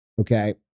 Okay